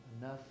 enough